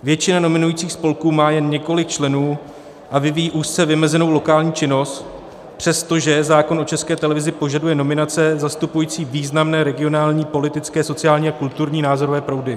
Většina nominujících spolků má jen několik členů a vyvíjí úzce vymezenou lokální činnost, přestože zákon o České televizi požaduje nominace zastupující významné regionální, politické, sociálněkulturní názorové proudy.